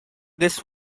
this